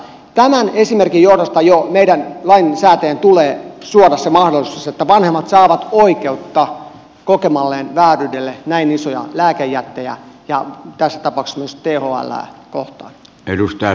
tämän esimerkin johdosta jo meidän lainsäätäjien tulee suoda se mahdollisuus että vanhemmat saavat oikeutta kokemalleen vääryydelle näin isoja lääkejättejä ja tässä tapauksessa myös thlää kohtaan